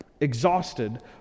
exhausted